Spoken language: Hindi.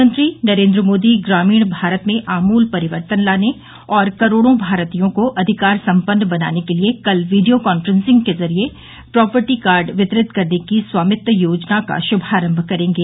प्रधानमंत्री नरेन्द्र मोदी ग्रामीण भारत में आमूल परिवर्तन लाने और करोड़ों भारतीयों को अधिकार संपन्न बनाने के लिए कल वीडियो कांफ्रेंसिंग के जरिये प्रोपर्टी कार्ड वितरित करने की स्वामित्व योजना का शमारम करेंगे